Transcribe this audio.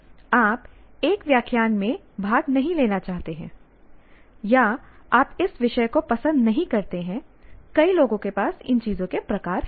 आप एक व्याख्यान में भाग नहीं लेना चाहते हैं या आप इस विषय को पसंद नहीं करते हैं कई लोगों के पास इन चीजों के प्रकार हैं